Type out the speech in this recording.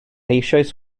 eisoes